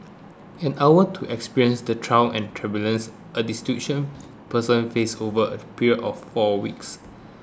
an hour to experience the trials and a person faces over a period of four weeks